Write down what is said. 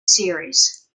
series